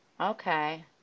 okay